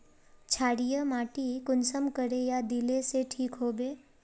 क्षारीय माटी कुंसम करे या दिले से ठीक हैबे?